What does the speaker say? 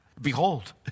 Behold